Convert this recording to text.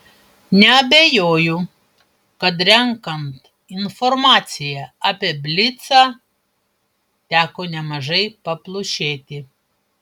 neabejoju kad renkant informaciją apie blicą teko nemažai paplušėti